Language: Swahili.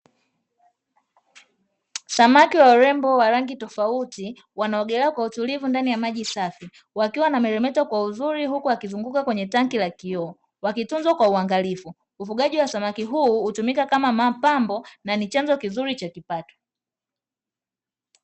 Samaki wa urembo wa rangi tofauti wanaogelea kwa utulivu ndani ya maji safi, wakiwa wanameremeta kwa uzuri huku wakizunguka kwenye tenki la kioo, wakitunzwa kwa uangalifu. Ufugaji wa samaki huu hutumika kama mapambo na ni chanzo kizuri cha mapato.